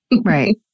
Right